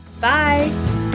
bye